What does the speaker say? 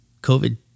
COVID